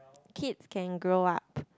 kids can grow up